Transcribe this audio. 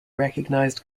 recognized